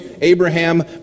Abraham